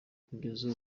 kugeza